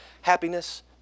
Happiness